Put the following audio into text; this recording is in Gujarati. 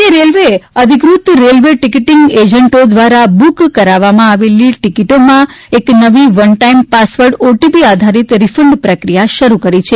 ભારતીય રેલ્વેએ અધિક઼ત રેલ્વે ટિકીટીંગ એજન્ટો દ્વારા બુક કરવામાં આવેલી ટિકિટોમાં એક નવી વન ટાઇમ પાસવર્ડ ઓટીપી આધારીત રીફંડ પ્રક્રિયા શરૂ કરી છે